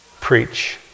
Preach